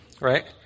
right